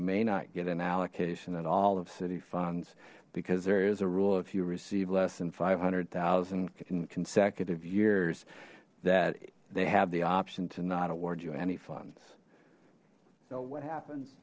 may not get an allocation at all of city funds because there is a rule if you receive less than five hundred thousand in consecutive years that they have the option to not award you any funds what happens